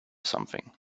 something